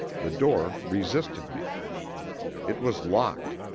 the door resisted me it was locked.